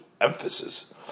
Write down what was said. emphasis